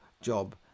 job